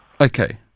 Okay